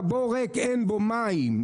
"הבור רק אין בו מים".